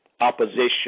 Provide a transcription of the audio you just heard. opposition